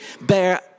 bear